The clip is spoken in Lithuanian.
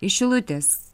iš šilutės